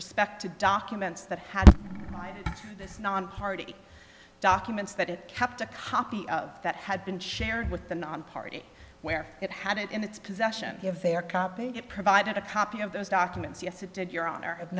respect to documents that had this nonparty documents that it kept a copy of that had been shared with the nonparty where it had it in its possession if they are copying it provided a copy of those documents yes it did your honor